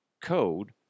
code